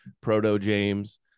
proto-James